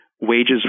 wages